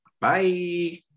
Bye